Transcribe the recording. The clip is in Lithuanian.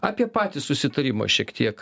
apie patį susitarimą šiek tiek